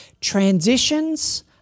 transitions